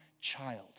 child